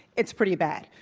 it's pretty bad,